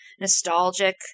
nostalgic